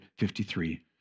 53